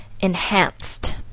Enhanced